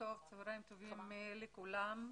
צהרים טובים לכולם.